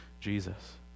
Jesus